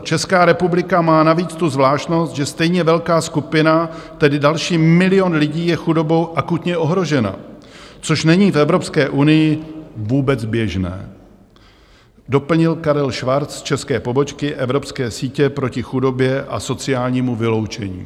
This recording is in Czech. Česká republika má navíc tu zvláštnost, že stejně velká skupina, tedy další milion lidí, je chudobou akutně ohrožena, což není v Evropské unii zcela běžné, doplnil Karel Schwarz z české pobočky Evropské sítě proti chudobě a sociálnímu vyloučení.